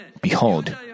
behold